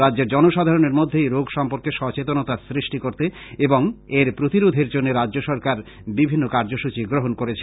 রাজ্যের জনসাধারণের মধ্যে এই রোগ সম্পর্কে সচেতনতা সৃষ্টি করতে এবং এর প্রতিরোধের জন্য রাজ্যসরকার বিভিন্ন কার্যসূচী গ্রহণ করেছে